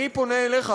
אני פונה אליך,